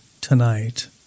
tonight